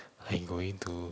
I going to